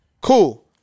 Cool